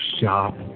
shop